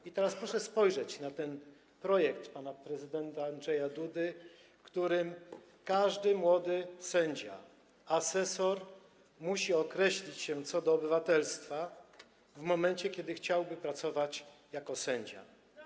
I teraz proszę spojrzeć na ten projekt pana prezydenta Andrzeja Dudy, w którym napisane jest, że każdy młody sędzia, asesor musi określić się co do obywatelstwa w momencie, kiedy chciałby pracować jako sędzia.